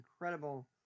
incredible